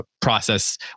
process